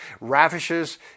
ravishes